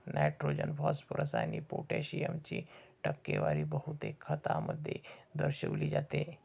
nitrogen, phosphorus आणि पोटॅशियमची टक्केवारी बहुतेक खतांमध्ये दर्शविली जाते